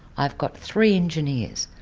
i've got three engineers,